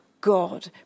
God